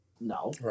No